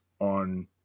on